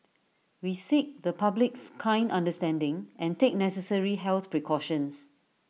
we seek the public's kind understanding and take necessary health precautions